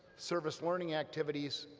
service-learning activities,